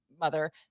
mother